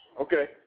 Okay